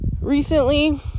Recently